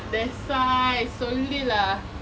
that's why சொல்லு:sollu lah